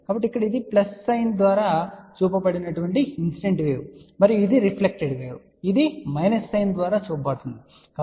కాబట్టి ఇక్కడ ఇది సైన్ ప్లస్ ద్వారా చూపబడిన ఇన్సిడెంట్ వేవ్ అని చెప్పవచ్చు మరియు ఇది రిఫ్లెక్టెడ్ వేవ్ ఇది మైనస్ సైన్ ద్వారా చూపబడుతుంది సరే